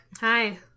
Hi